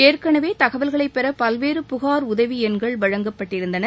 ஏற்கனவே தகவல்களைப்பெற பல்வேறு புகார் உதவி எண்கள் வழங்கப்பட்டிருந்தன